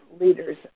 leaders